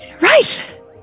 right